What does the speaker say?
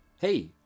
hey